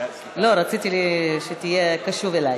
לא, רציתי שתהיה קשוב אליי,